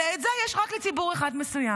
את זה יש רק לציבור אחד מסוים.